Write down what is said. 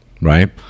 right